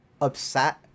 upset